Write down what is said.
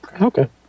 okay